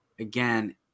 again